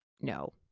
no